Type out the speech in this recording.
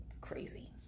Crazy